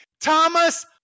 Thomas